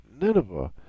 Nineveh